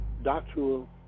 doctoral